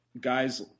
guys